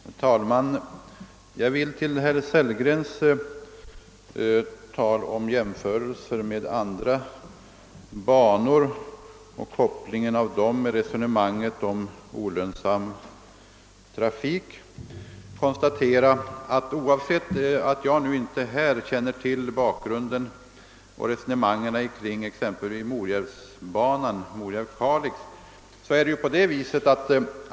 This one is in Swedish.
Herr talman! Jag vill med anledning av herr Sellgrens jämförelser med andra banor och hans anknytning till resonemanget om olönsam trafik konstatera följande. Jag känner inte till bakgrunden till och resonemangen kring exempelvis Morjärv—Kalixbanan.